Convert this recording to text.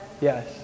Yes